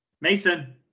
Mason